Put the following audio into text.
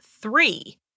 three